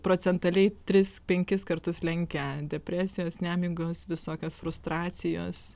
procentaliai tris penkis kartus lenkia depresijos nemigos visokios frustracijos